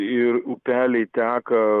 ir upeliai teka